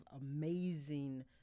amazing